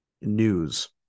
news